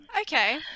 okay